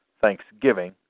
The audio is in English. thanksgiving